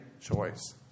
choice